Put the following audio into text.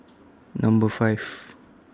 Number five